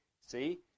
see